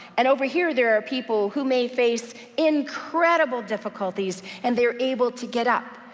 and over here there are people who may face incredible difficulties, and they're able to get up.